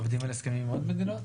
עובדים על הסכמים עם עוד מדינות?